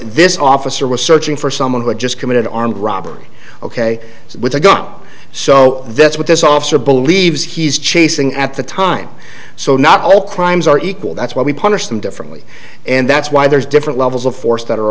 this officer was searching for someone who had just committed armed robbery ok with a go so that's what this officer believes he's chasing at the time so not all crimes are equal that's what we punish them differently and that's why there's different levels of force that are